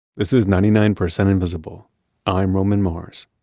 this is ninety nine percent invisible i'm roman mars